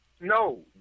No